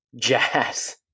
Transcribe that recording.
Jazz